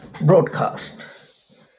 broadcast